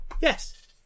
Yes